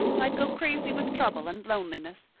i'd go crazy with trouble and loneliness.